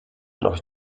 noch